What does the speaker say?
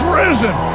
risen